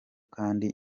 kandi